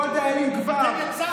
כל דאלים גבר,